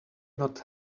not